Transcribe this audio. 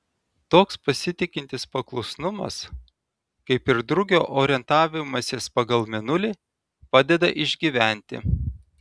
toks pasitikintis paklusnumas kaip ir drugio orientavimasis pagal mėnulį padeda išgyventi